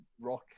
rock